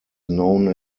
known